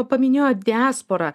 paminėjot diasporą